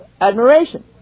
admiration